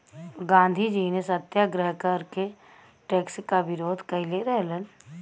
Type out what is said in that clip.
गांधीजी ने सत्याग्रह करके टैक्स क विरोध कइले रहलन